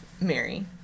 Mary